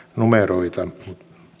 numeroita